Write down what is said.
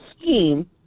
scheme